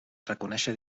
reconèixer